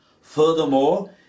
furthermore